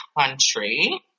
Country